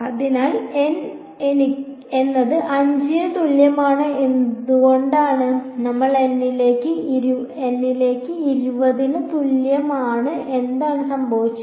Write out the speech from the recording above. അതിനാൽ N എന്നത് 5 ന് തുല്യമായത് എന്തുകൊണ്ടാണ് നമ്മൾ n ലേക്ക് 20 ന് തുല്യമാണ് എന്താണ് സംഭവിച്ചത്